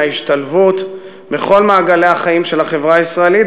מההשתלבות בכל מעגלי החיים של החברה הישראלית,